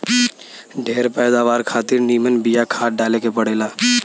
ढेर पैदावार खातिर निमन बिया खाद डाले के पड़ेला